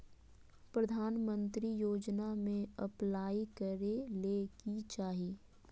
प्रधानमंत्री योजना में अप्लाई करें ले की चाही?